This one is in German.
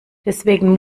deswegen